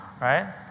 right